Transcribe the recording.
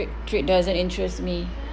trade trade doesn't interest me